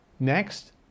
Next